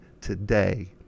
today